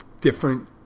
different